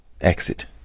Exit